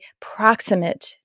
proximate